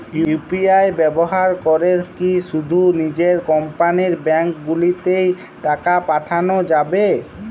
UPI ব্যবহার করে কি শুধু নিজের কোম্পানীর ব্যাংকগুলিতেই টাকা পাঠানো যাবে?